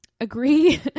agree